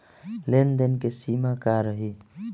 लेन देन के सिमा का रही?